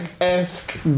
Esque